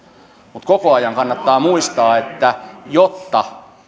mutta koko ajan kannattaa muistaa että jotta